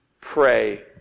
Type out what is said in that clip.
pray